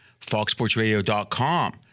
FoxSportsRadio.com